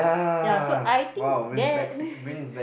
ya so I think that